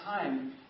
time